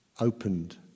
Opened